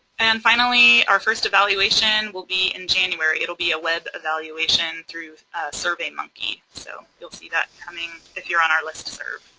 and finally our first evaluation will be in january. it'll be a web evaluation through survey monkey. so you'll see that coming if you're on our list serve.